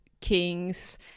kings